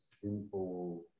simple